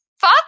fuck